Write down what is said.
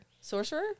sorcerer